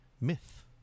myth